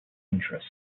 interest